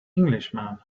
englishman